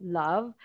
love